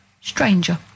Stranger